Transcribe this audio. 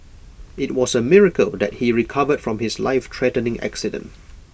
IT was A miracle that he recovered from his lifethreatening accident